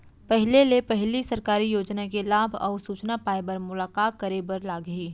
पहिले ले पहिली सरकारी योजना के लाभ अऊ सूचना पाए बर मोला का करे बर लागही?